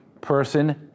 person